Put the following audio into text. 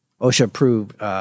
OSHA-approved